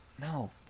No